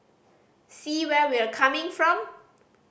see where we're coming from